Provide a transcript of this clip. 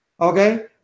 Okay